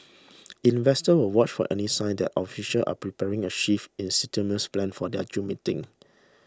investors will watch for any sign that officials are preparing a shift in stimulus plans for their June meeting